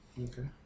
Okay